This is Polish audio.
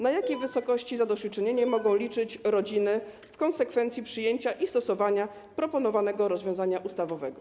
Na jakiej wysokości zadośćuczynienie mogą liczyć rodziny w konsekwencji przyjęcia i stosowania proponowanego rozwiązania ustawowego?